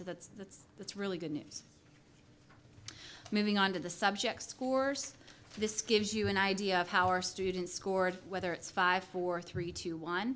so that's that's that's really good news moving on to the subjects course this gives you an idea of how our students scored whether it's five four three two one